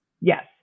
Yes